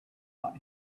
lot